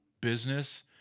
business